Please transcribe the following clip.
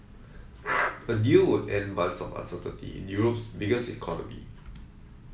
a deal would end months of uncertainty in Europe's biggest economy